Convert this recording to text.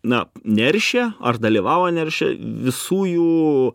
na neršia ar dalyvavo neršia visų jų